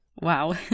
Wow